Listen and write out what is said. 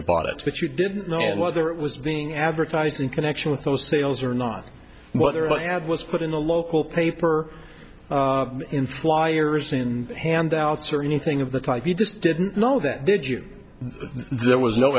ly bought it but you didn't know it whether it was being advertised in connection with those sales or not what their ad was put in the local paper or in flyers in handouts or anything of that type you just didn't know that did you there was no